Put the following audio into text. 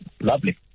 lovely